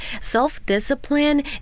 Self-discipline